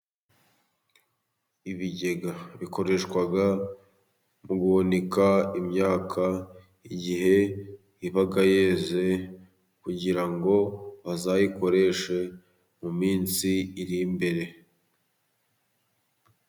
Ibigega bikoreshwa mu guhunika imyaka, igihe iba yeze, kugira ngo bazayikoreshe mu minsi iri imbere.